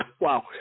wow